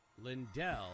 Lindell